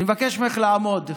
אני מבקש ממך לעמוד,